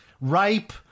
rape